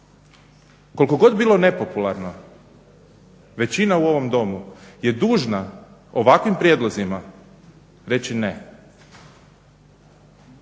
Koliko god bilo nepopularno, većina u ovom domu je dužna ovakvim prijedlozima reći ne,